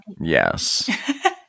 yes